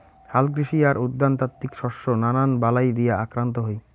হালকৃষি আর উদ্যানতাত্ত্বিক শস্য নানান বালাই দিয়া আক্রান্ত হই